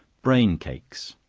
brain cakes.